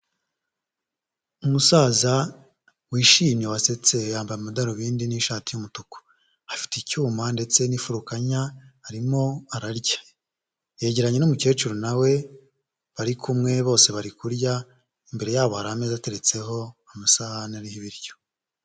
Umusaza wishimye wasetse, yambaye amadarubindi n'ishati y'umutuku. Afite icyuma ndetse n'ifurukanya, arimo ararya. Yegeranye n'umukecuru nawe, bari kumwe bose bari kurya, imbere yabo hari ameza ateretseho, amasahane ariho ibiryo.